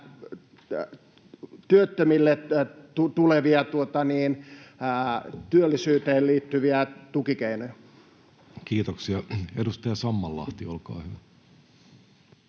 työttömille tulevia työllisyyteen liittyviä tukikeinoja? Kiitoksia. — Edustaja Sammallahti, olkaa hyvä.